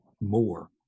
more